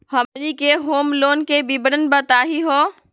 हमनी के home loan के विवरण बताही हो?